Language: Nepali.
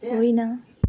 होइन